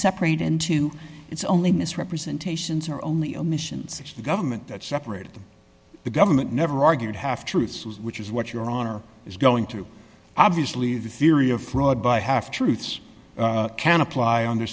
separate into it's only misrepresentations or only omissions it's the government that separated them the government never argued half truths which is what your honor is going to obviously the theory of fraud by half truths can apply under